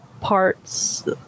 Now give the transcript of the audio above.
parts